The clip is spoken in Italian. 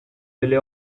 delle